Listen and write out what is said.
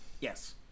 Yes